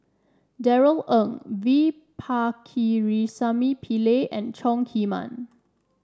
Darrell Ang V Pakirisamy Pillai and Chong Heman